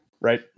right